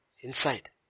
Inside